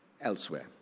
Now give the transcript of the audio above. elsewhere